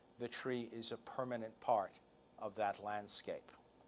the tree is a permanent part of that landscape.